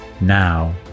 now